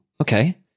okay